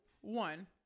one